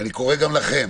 אני קורא גם לכם